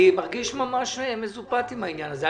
אני מרגיש ממש מזופת עם העניין הזה.